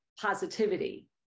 positivity